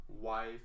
wife